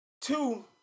Two